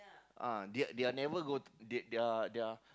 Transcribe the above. uh they they are never go to they they are